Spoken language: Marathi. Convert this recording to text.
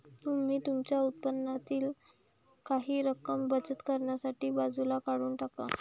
तुम्ही तुमच्या उत्पन्नातील काही रक्कम बचत करण्यासाठी बाजूला काढून टाका